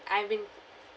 I've been